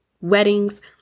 Weddings